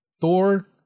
Thor